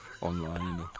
online